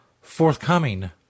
forthcoming